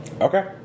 Okay